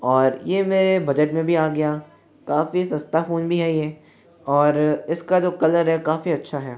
और यह मेरे बजट में भी आ गया काफी सस्ता फ़ोन भी है ये और इसका जो कलर है काफी अच्छा है